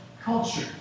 culture